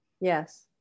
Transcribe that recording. Yes